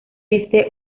viste